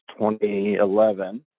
2011